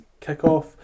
kickoff